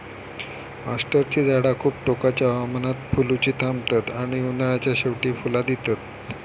अष्टरची झाडा खूप टोकाच्या हवामानात फुलुची थांबतत आणि उन्हाळ्याच्या शेवटी फुला दितत